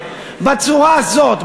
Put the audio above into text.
בצורה הזאת,